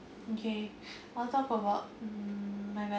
okay I'll talk about hmm my